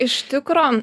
iš tikro